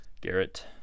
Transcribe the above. Garrett